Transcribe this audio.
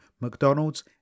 McDonald's